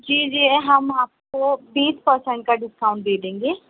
جی جی ہم آپ کو بیس پر سینٹ کا ڈسکاؤنٹ دے دیں گے